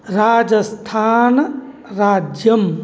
राजस्थानराज्यम्